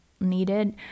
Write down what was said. needed